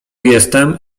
jestem